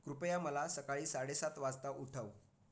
कृपया मला सकाळी साडेसात वाजता उठव